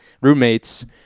roommates